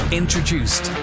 introduced